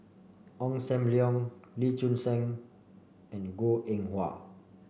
Ong Sam Leong Lee Choon Seng and Goh Eng Wah